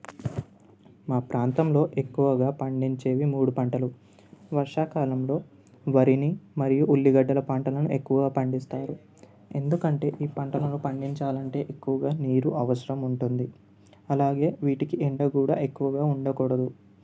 మా ప్రాంతంలో ఎక్కువగా పండించేవి మూడు పంటలు వర్షా కాలంలో వరిని మరియు ఉల్లి గడ్డల పంటను ఎక్కువగా పండిస్తారు ఎందుకంటే ఈ పంటలను పండించాలి అంటే ఎక్కువగా నీరు అవసరం ఉంటుంది అలాగే వీటికి ఎండ కూడా ఎక్కువగా ఉండకూడదు